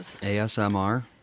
ASMR